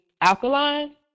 alkaline